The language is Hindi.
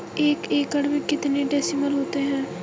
एक एकड़ में कितने डिसमिल होता है?